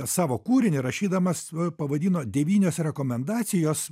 savo kūrinį rašydamas pavadino devynios rekomendacijos